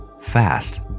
fast